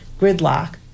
gridlock